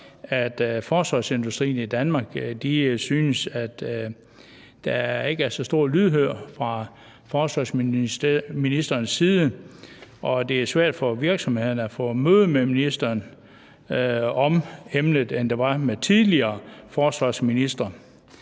forsvarsindustrien i Danmark synes, at der ikke er så stor lydhørhed fra forsvarsministerens side, og at det er svært for virksomhederne at få et møde med ministeren om emnet, end det var med tidligere forsvarsministre.